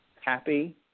happy